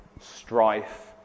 strife